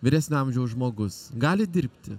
vyresnio amžiaus žmogus gali dirbti